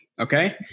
Okay